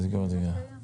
(תיקון),